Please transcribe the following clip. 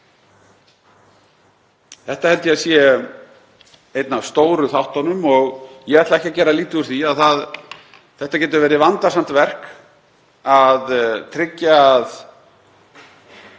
Það held ég að sé einn af stóru þáttunum og ég ætla ekki að gera lítið úr því að það getur verið vandasamt verk að tryggja að